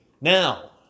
Now